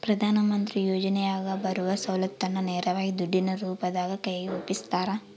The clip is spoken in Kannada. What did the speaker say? ಪ್ರಧಾನ ಮಂತ್ರಿ ಯೋಜನೆಯಾಗ ಬರುವ ಸೌಲತ್ತನ್ನ ನೇರವಾಗಿ ದುಡ್ಡಿನ ರೂಪದಾಗ ಕೈಗೆ ಒಪ್ಪಿಸ್ತಾರ?